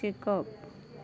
शिकप